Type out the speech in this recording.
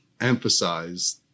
emphasize